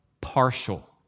partial